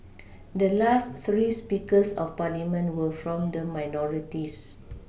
the last three Speakers of parliament were from the minorities